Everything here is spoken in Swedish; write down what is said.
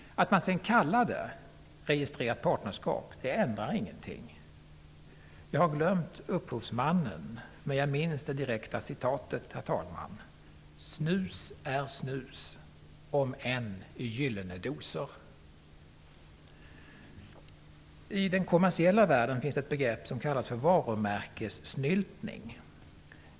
Att man sedan kallar det registrerat partnerskap ändrar ingenting. Jag har glömt upphovsmannen, men jag minns det direkta citatet: Snus är snus, om ock i gyllne dosor. I den kommersiella världen finns ett begrepp som kallas för varumärkessnyltning.